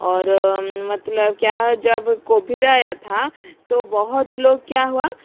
और मतलब क्या जब कोभिड आया था तो बहुत लोग क्या हुआ